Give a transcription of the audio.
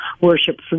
worship